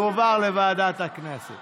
תועבר לוועדת הכנסת